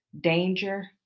danger